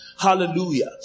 Hallelujah